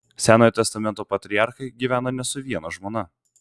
senojo testamento patriarchai gyveno ne su viena žmona